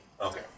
Okay